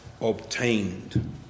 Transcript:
obtained